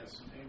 Yes